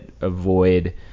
avoid